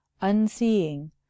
unseeing